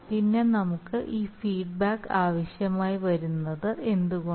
പിന്നെ നമുക്ക് ഈ ഫീഡ്ബാക്ക് ആവശ്യമായി വരുന്നത് എന്തുകൊണ്ട്